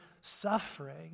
suffering